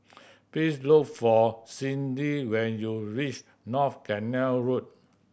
please look for Cyndi when you reach North Canal Road